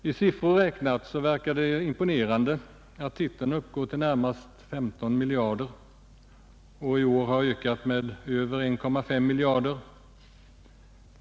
I siffror räknat verkar det imponerande att anslagsäskandena under denna huvudtitel uppgår till i det närmaste 15 miljarder kronor och i år har ökat med över 1,5 miljarder.